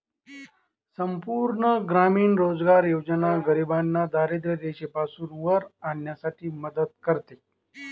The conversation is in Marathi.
संपूर्ण ग्रामीण रोजगार योजना गरिबांना दारिद्ररेषेपासून वर आणण्यासाठी मदत करते